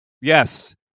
Yes